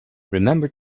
remember